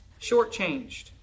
shortchanged